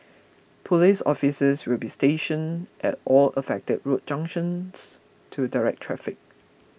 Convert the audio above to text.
police officers will be stationed at all affected road junctions to direct traffic